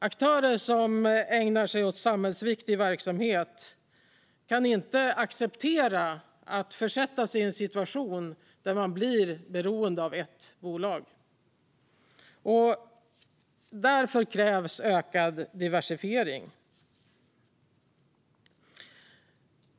Aktörer som ägnar sig åt samhällsviktig verksamhet kan inte acceptera att försätta sig i en situation där man är beroende av ett enda bolag. Därför krävs ökad diversifiering.